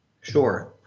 Sure